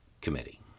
committee